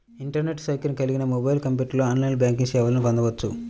internet సౌకర్యం కలిగిన mobile, కంప్యూటర్లో ఆన్లైన్ బ్యాంకింగ్ సేవల్ని పొందొచ్చు